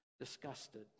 disgusted